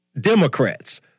Democrats